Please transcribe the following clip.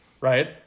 Right